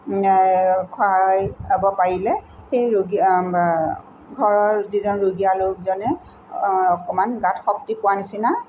খোৱাই খাব পাৰিলে সেই ৰুগীয়া ঘৰৰ যিজন ৰুগীয়া লোকজনে অকণমান গাত শক্তি পোৱা নিচিনা